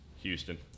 Houston